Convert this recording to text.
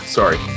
Sorry